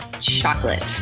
chocolate